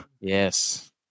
Yes